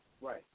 Right